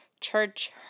church